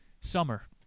summer